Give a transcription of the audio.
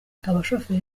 abashoferi